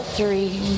Three